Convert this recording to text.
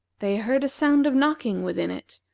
they heard a sound of knocking within it,